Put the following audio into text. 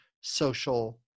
social